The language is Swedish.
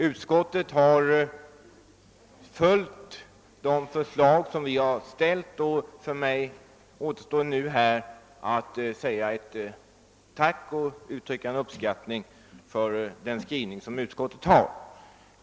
Utskottet har följt de förslag som vi framställt, och för mig återstår här endast att tacka för och uttrycka min uppskattning av den skrivning som utskottet har gjort.